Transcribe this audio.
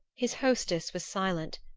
his hostess was silent.